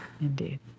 Indeed